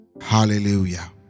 hallelujah